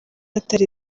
atari